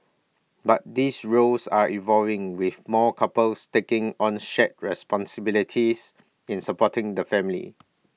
but these roles are evolving with more couples taking on shared responsibilities in supporting the family